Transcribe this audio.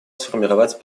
сформировать